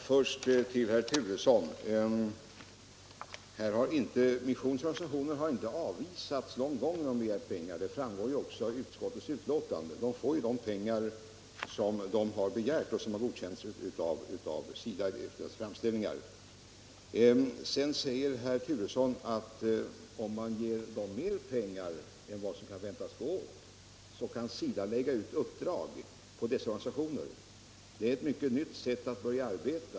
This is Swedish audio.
Herr talman! Först till herr Turesson: Missionens organisationer har inte avvisats någon gång när de har begärt pengar. Det framgår ju av utskottets betänkande att de får de pengar som de har begärt, när deras framställningar har godkänts av SIDA. Sedan säger herr Turesson att om man ger dessa organisationer mer pengar än vad som kan väntas gå åt, kan SIDA lägga ut uppdrag på dem. Det är ett alldeles nytt sätt att arbeta.